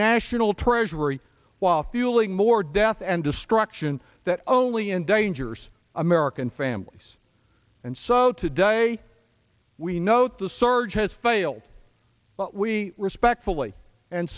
national treasury while fueling more death and destruction that only endangers american families and so today we note the surge has failed but we respectfully and